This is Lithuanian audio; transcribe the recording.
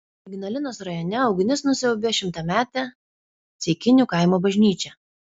ignalinos rajone ugnis nusiaubė šimtametę ceikinių kaimo bažnyčią